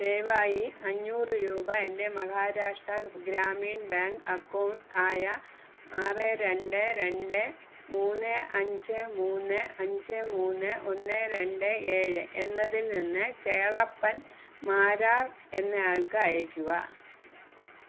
ദയവായി അഞ്ഞൂറ് രൂപ എന്റെ മഹാരാഷ്ട്ര ഗ്രാമീൺ ബാങ്ക് അക്കൗണ്ട് ആയ ആറ് രണ്ട് രണ്ട് മൂന്ന് അഞ്ച് മൂന്ന് അഞ്ച് മൂന്ന് ഒന്ന് രണ്ട് ഏഴ് എന്നതിൽ നിന്ന് കേളപ്പൻ മാരാർ എന്നയാൾക്ക് അയക്കുക